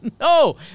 No